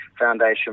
Foundation